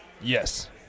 Yes